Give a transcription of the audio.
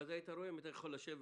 ואז היית רואה אם אתה יכול לשבת